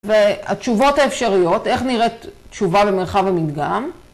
‫והתשובות האפשריות, ‫איך נראית תשובה במרחב המדגם?